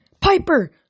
Piper